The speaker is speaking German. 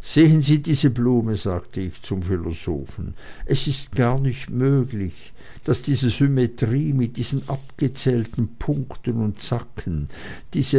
sehen sie diese blume sagte ich zum philosophen es ist gar nicht möglich daß diese symmetrie mit diesen abgezählten punkten und zacken diese